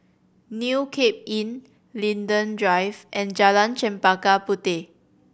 New Cape Inn Linden Drive and Jalan Chempaka Puteh